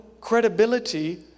credibility